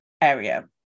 area